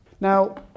Now